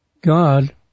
God